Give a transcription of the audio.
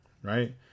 right